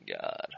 God